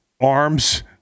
arms